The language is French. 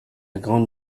grande